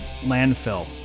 Landfill